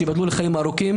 שייבדלו לחיים ארוכים,